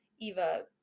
Eva